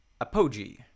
Apogee